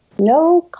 no